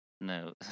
No